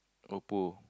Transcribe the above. Oppo